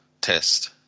test